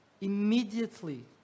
immediately